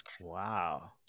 wow